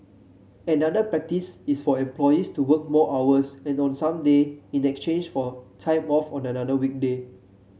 another practice is for employees to work more hours and on some day in exchange for time off on another weekday